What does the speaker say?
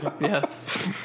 Yes